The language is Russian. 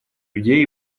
людей